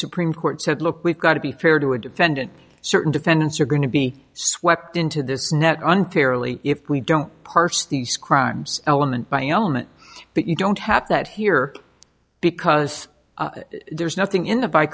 supreme court said look we've got to be fair to a defendant certain defendants are going to be swept into this net unfairly if we don't parse these crimes element by element that you don't have that here because there's nothing in the by